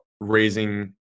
raising